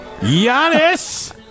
Giannis